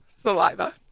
Saliva